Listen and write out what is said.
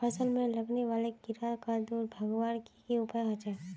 फसल में लगने वाले कीड़ा क दूर भगवार की की उपाय होचे?